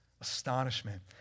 Astonishment